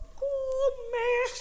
come